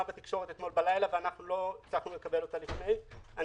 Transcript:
בתקשורת אתמול בלילה ולא הצלחנו לקבל אותה לפני כן.